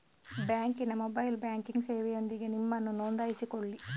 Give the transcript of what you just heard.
ಬ್ಯಾಂಕಿನ mobile banking ಸೇವೆಯೊಂದಿಗೆ ನಿಮ್ಮನ್ನು ನೋಂದಾಯಿಸಿಕೊಳ್ಳಿ